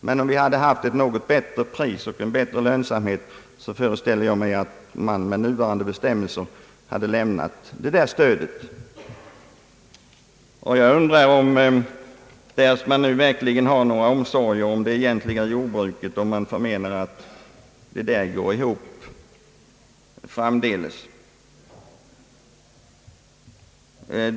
Men om vi hade haft ett bättre pris och en bättre lönsamhet föreställer jag mig att man med nuvarande bestämmelser hade lämnat detta stöd. Om man verkligen har några omsorger om det egentliga jordbruket, undrar jag hur man menar att det skall gå ihop framdeles.